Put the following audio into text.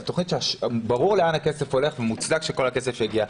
זאת תכנית שברור שלאן הכסף הולך ומוצדק שכל הכסף יגיע.